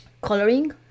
coloring